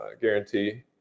guarantee